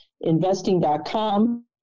Investing.com